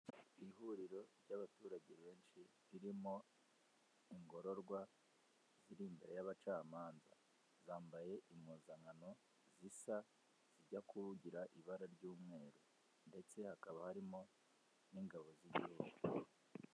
Ihuriro ry'abaturage benshi ririmo ingororwa ziri imbere y'abacamanza, zambaye impuzankano zisa, zijya kugira ibara ry'umweru ndetse hakaba harimo n'ingabo z'igihugu.